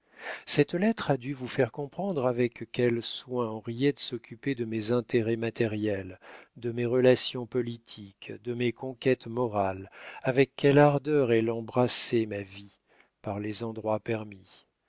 cette lettre a dû vous faire comprendre avec quel soin henriette s'occupait de mes intérêts matériels de mes relations politiques de mes conquêtes morales avec quelle ardeur elle embrassait ma vie par les endroits permis